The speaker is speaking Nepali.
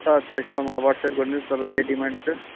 छ छ यसमा मलाई वाट्सएप गरिदिनु होस् तपाईँको के डिमान्ड छ